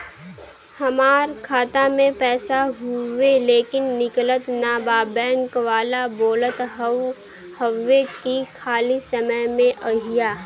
हमार खाता में पैसा हवुवे लेकिन निकलत ना बा बैंक वाला बोलत हऊवे की खाली समय में अईहा